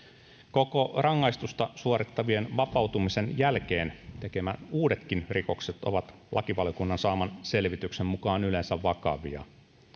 koko rangaistusta suorittavien vapautumisen jälkeen tekemät uudetkin rikokset ovat lakivaliokunnan saaman selvityksen mukaan yleensä vakavia